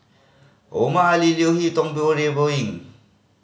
Omar Ali Leo Hee Tong ying